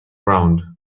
round